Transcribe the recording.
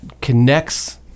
connects